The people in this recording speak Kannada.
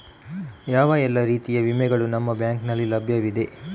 ಯಾವ ಎಲ್ಲ ರೀತಿಯ ವಿಮೆಗಳು ನಿಮ್ಮ ಬ್ಯಾಂಕಿನಲ್ಲಿ ಲಭ್ಯವಿದೆ?